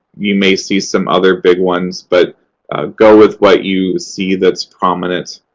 you may see some other big ones, but go with what you see that's prominent.